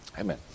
Amen